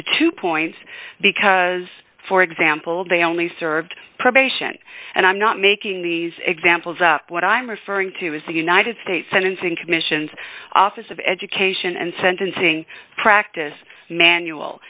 the two points because for example they only served probation and i'm not making these examples up what i'm referring to is the united states sentencing commission's office of education and sentencing practice manual